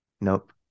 Nope